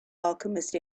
alchemist